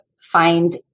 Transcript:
find